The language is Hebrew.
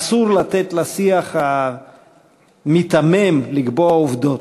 אסור לתת לשיח המיתמם לקבוע עובדות.